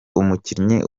umukinnyi